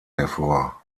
hervor